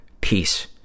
Peace